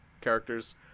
characters